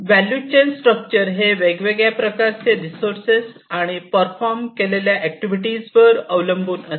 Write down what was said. value chain structure हे वेगवेगळ्या प्रकारचे रिसोर्सेस आणि परफॉर्म केलेल्या ऍक्टिव्हिटीज वर अवलंबून असते